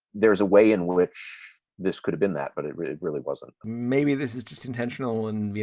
there is a way in which this could've been that, but it really really wasn't maybe this is just intentional and, you